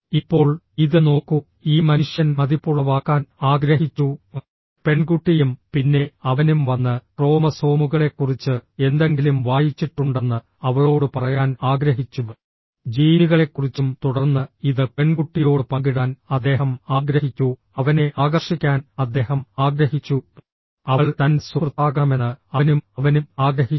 ഇപ്പോൾ ഇത് നോക്കൂ ഈ മനുഷ്യൻ മതിപ്പുളവാക്കാൻ ആഗ്രഹിച്ചു പെൺകുട്ടിയും പിന്നെ അവനും വന്ന് ക്രോമസോമുകളെക്കുറിച്ച് എന്തെങ്കിലും വായിച്ചിട്ടുണ്ടെന്ന് അവളോട് പറയാൻ ആഗ്രഹിച്ചു ജീനുകളെക്കുറിച്ചും തുടർന്ന് ഇത് പെൺകുട്ടിയോട് പങ്കിടാൻ അദ്ദേഹം ആഗ്രഹിച്ചു അവനെ ആകർഷിക്കാൻ അദ്ദേഹം ആഗ്രഹിച്ചു അവൾ തൻറെ സുഹൃത്താകണമെന്ന് അവനും അവനും ആഗ്രഹിച്ചു